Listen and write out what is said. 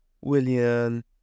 William